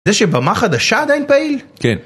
זה שבמה חדשה עדיין פעיל? כן.